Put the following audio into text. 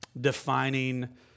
defining